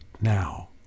now